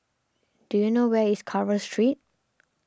do you know where is Carver Street